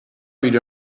read